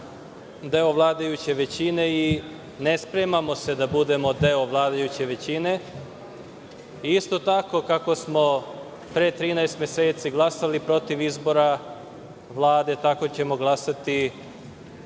deo vladajuće većine i ne spremamo se da budemo deo vladajuće većine. Isto tako kako smo pre 13 meseci glasali protiv izbora Vlade, tako ćemo glasati